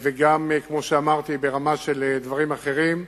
וגם, כמו שאמרתי, ברמה של דברים אחרים.